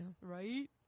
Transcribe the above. Right